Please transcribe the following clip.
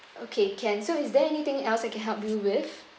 okay can so is there anything else I can help you with